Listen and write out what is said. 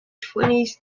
twenties